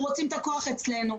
אנחנו רוצים את הכוח אצלנו.